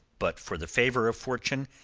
but for the favour of fortune,